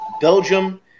Belgium